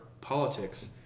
politics